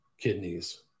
kidneys